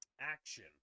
action